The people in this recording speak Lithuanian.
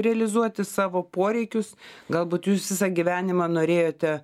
realizuoti savo poreikius galbūt jūs visą gyvenimą norėjote